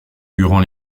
durant